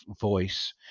voice